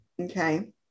okay